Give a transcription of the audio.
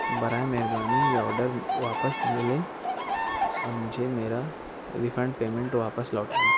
برائے مہربانی یہ آرڈر واپس لے لیں اور مجھے میرا ریفنڈ پیمنٹ واپس لوٹا دیں